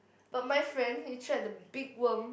but my friend he tried the big worm